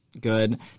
good